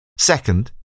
Second